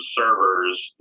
servers